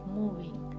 moving